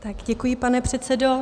Děkuji, pane předsedo.